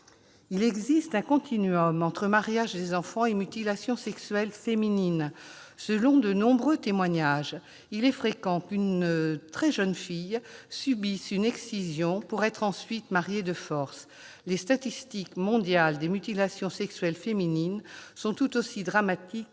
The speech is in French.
Il existe un entre mariage des enfants et mutilations sexuelles féminines : selon de nombreux témoignages, il est fréquent qu'une très jeune fille subisse une excision pour être ensuite mariée de force. Les statistiques mondiales des mutilations sexuelles féminines sont tout aussi dramatiques